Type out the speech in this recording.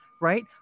right